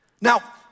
Now